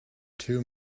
too